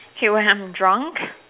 K when I'm drunk